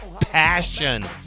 passion